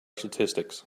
statistics